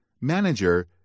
manager